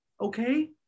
okay